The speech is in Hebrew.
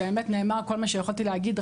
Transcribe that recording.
באמת נאמר כל מה שיכולתי להגיד,